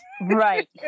Right